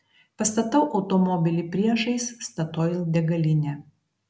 pastatau automobilį priešais statoil degalinę